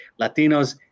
Latinos